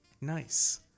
Nice